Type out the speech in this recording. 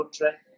country